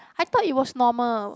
I thought it was normal